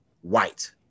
white